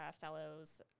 fellows